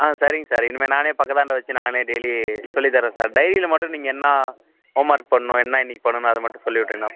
ஆ சரிங்க சார் இனிமேல் நான் பக்கத்தாண்டா வச்சு நான் டெய்லி சொல்லித் தர்றேன்ன் சார் டைரியில் மட்டும் நீங்கள் என்ன ஹோம் ஒர்க் பண்ணும் என்ன இன்னைக்கு பண்ணணும் அதை மட்டும் சொல்லிவிட்டீங்கன்னா